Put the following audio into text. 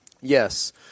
yes